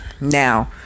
Now